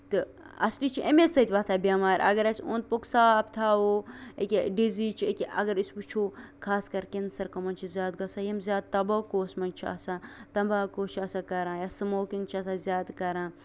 تہٕ اَصلی چھُ اَمے سۭتۍ وۄتھان بیٚمارِ اَگر أسۍ اوٚنٛد پوٚکھ صاف تھاوو ٖیہِ کیٛاہ ڈِزیٖز چھِ یہِ کیٛاہ اَگر أسۍ وُچھو خاص کر کینسر کٕمَن چھُ زیادٕ گژھان یِم زیادٕ تَمباکوَہَس منٛز چھِ آسان تَمباکوٗ چھُ آسان کران یا سٔموکِنٛگ چھِ آسان زیادٕ کران